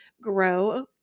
grow